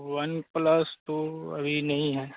one plus तो अभी नहीं है